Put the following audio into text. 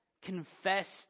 Confessed